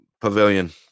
pavilion